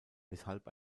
weshalb